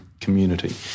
community